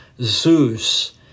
Zeus